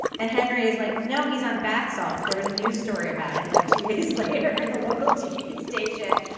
and henry is like, no, he's on bath salts. there was a news story about it like two days later, and the local tv station.